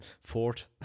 fort